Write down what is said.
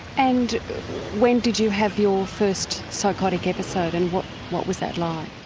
and when did you have your first psychotic episode and what what was that like?